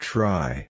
Try